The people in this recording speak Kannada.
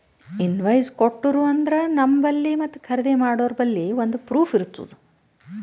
ಇನ್ವಾಯ್ಸ್ ಕೊಟ್ಟೂರು ಅಂದ್ರ ನಂಬಲ್ಲಿ ಮತ್ತ ಖರ್ದಿ ಮಾಡೋರ್ಬಲ್ಲಿ ಒಂದ್ ಪ್ರೂಫ್ ಇರ್ತುದ್